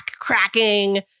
cracking